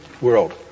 world